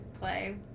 Play